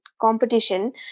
competition